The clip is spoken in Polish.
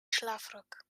szlafrok